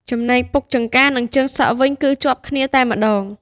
ចំណែកពុកចង្កានិងជើងសក់វិញ គឺជាប់គ្នាតែម្តង។